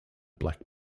black